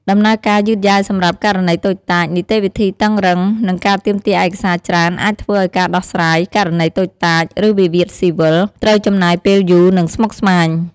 ដំណើរការយឺតយ៉ាវសម្រាប់ករណីតូចតាច នីតិវិធីតឹងរ៉ឹង និងការទាមទារឯកសារច្រើន អាចធ្វើឱ្យការដោះស្រាយ ករណីតូចតាច ឬវិវាទស៊ីវិល ត្រូវចំណាយពេលយូរ និងស្មុគស្មាញ។